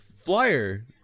flyer